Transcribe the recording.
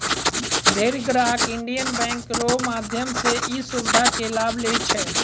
ढेरी ग्राहक Indian Bank रो माध्यम से ई सुविधा के लाभ लै छै